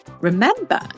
Remember